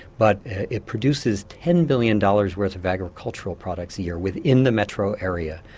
but it produces ten billion dollars worth of agricultural products a year within the metro area.